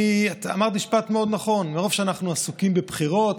את אמרת משפט מאוד נכון: מרוב שאנחנו עסוקים בבחירות,